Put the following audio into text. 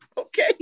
Okay